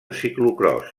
ciclocròs